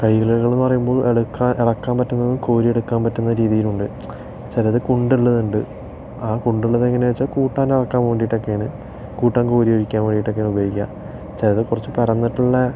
കയിലുകളെന്ന് പറയുമ്പോൾ ഇളക്കാൻ ഇളക്കാൻ പറ്റുന്നതും കോരി എടുക്കാൻ പറ്റുന്നതും രീതിയിലുണ്ട് ചിലത് കുണ്ടുള്ളതുണ്ട് ആ കുണ്ടുള്ളത് എങ്ങനെയാണെന്ന് വച്ചാൽ കൂട്ടാൻ ഇളക്കാൻ വേണ്ടിയിട്ടൊക്കെയാണ് കൂട്ടാൻ കോരി ഒഴിക്കാൻ വേണ്ടിയിട്ടൊക്കെയാണ് ഉപയോഗിക്കുക ചിലത് കുറച്ച് പരന്നിട്ടുള്ള